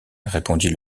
répondit